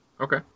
Okay